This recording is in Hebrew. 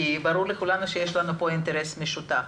כי ברור לכולם יש פה אינטרס משותף.